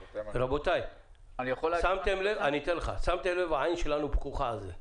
רבותיי, שמתם לב שהעין שלנו פקוחה על זה?